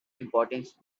importance